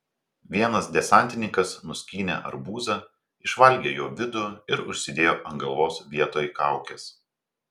vienas desantininkas nuskynė arbūzą išvalgė jo vidų ir užsidėjo ant galvos vietoj kaukės